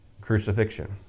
Crucifixion